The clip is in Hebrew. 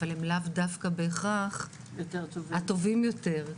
אבל הם לאו דווקא בהכרח הטובים יותר,